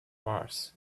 mars